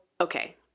okay